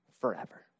forever